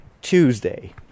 Tuesday